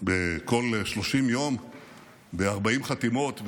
בכל 30 יום ב-40 חתימות,